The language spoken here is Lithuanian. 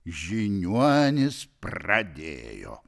žiniuonės pradėjo